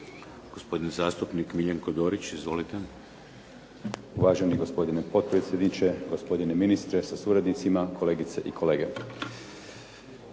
Gospodin zastupnik MIljenko Dorić izvolite. **Dorić, Miljenko (HNS)** Uvaženi gospodine potpredsjedniče, gospodine ministre sa suradnicima, kolegice i kolege.